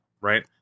Right